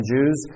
Jews